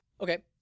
Okay